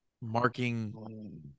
marking